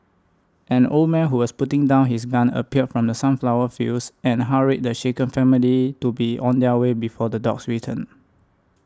an old man who was putting down his gun appeared from the sunflower fields and hurried the shaken family to be on their way before the dogs return